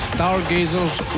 Stargazers